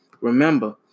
Remember